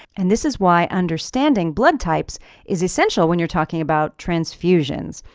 and this is why understanding blood types is essential when you're talking about transfusions.